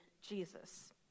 Jesus